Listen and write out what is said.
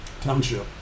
township